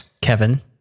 Kevin